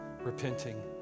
repenting